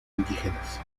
indígenas